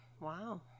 wow